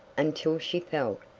until she felt,